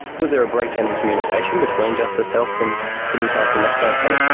was there a breakdown in communication between justice health and the newcastle methadone clinic,